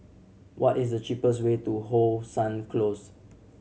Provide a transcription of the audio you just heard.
what is the cheapest way to How Sun Close